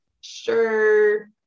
sure